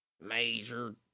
major